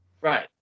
Right